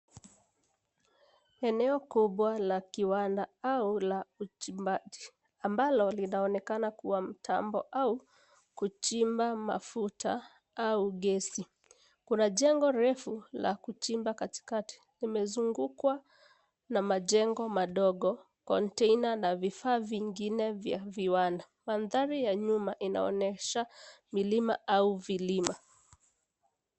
Eneo kubwa la kiwanda au la uchimbaji ambalo linaonekana kwa mtambo au kuchimba mafuta au gesi. Kuna jengo refu la kuchimba katikati ,limezungukwa na majengo madogo [c.s]container na vifaa vingine vya viwanda. Mandari ya nyuma inaonyesha milima au vilima.